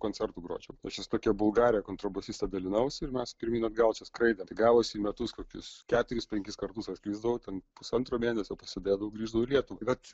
koncertų gročiau aš čia su tokia bulgare kontrabosiste dalinausi ir mes pirmyn atgal čia skraidėm gavosi metus kokius keturis penkis kartus atskrisdavau ten pusantro mėnesio pasėdėdavau grįždavau į lietuvą bet